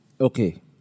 Okay